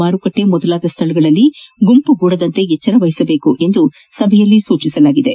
ಮಾರುಕಟ್ಟೆ ಮೊದಲಾದ ಸ್ತಳಗಳಲ್ಲಿ ಗುಂಪುಗೂಡದಂತೆ ಎಚ್ಚರ ವಹಿಸಬೇಕು ಎಂದು ಸಭೆಯಲ್ಲಿ ಸೂಚಿಸಲಾಯಿತು